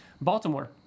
Baltimore